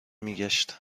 میگشت